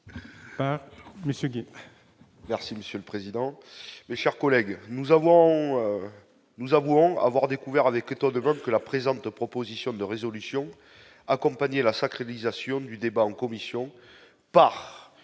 par monsieur. Merci monsieur le président, mes chers collègues, nous avons, nous, avouant avoir découvert avec autant de preuves que la présente proposition de résolution accompagné la sacralisation du débat en commission par